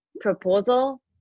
proposal